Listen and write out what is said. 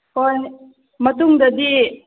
ꯍꯣꯏ ꯃꯇꯨꯡꯗꯗꯤ